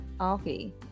okay